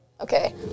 Okay